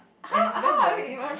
and it's very boring also